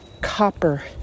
copper